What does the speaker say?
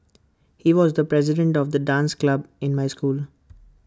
he was the president of the dance club in my school